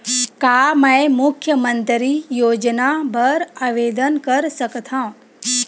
का मैं मुख्यमंतरी योजना बर आवेदन कर सकथव?